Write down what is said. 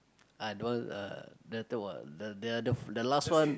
I don't want ah later what the the the last one